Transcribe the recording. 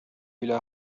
إلى